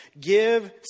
Give